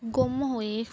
ਗੁੰਮ ਹੋਏ